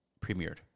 premiered